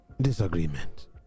disagreement